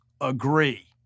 agree